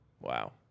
Wow